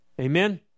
Amen